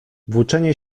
włóczenie